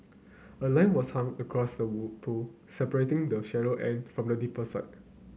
a line was hung across the pool separating the shallow end from the deeper side